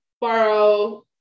borrow